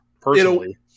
Personally